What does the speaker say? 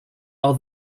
are